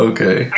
Okay